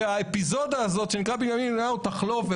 שהאפיזודה הזאת שנקראת בנימין נתניהו תחלוף.